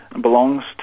belongs